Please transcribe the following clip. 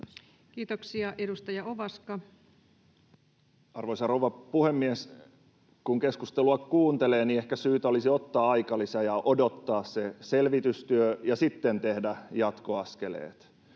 Kiitoksia. — Edustaja Ovaska. Arvoisa rouva puhemies! Kun keskustelua kuuntelee, niin ehkä syytä olisi ottaa aikalisä ja odottaa se selvitystyö ja sitten tehdä jatkoaskeleet.